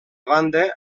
banda